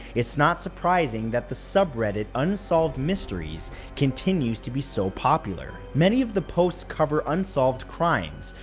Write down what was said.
it's not surprising that the subreddit unsolved mysteries continues to be so popular. many of the posts cover unsolved crimes,